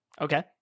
Okay